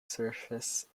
surface